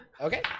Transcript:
Okay